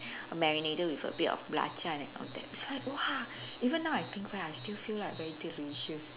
marinated with a bit of belacan and all so it's like !wah! even now I think back I still feel like very delicious